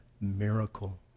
Miracle